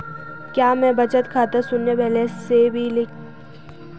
क्या मैं बचत खाता शून्य बैलेंस से भी खोल सकता हूँ?